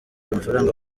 amafaranga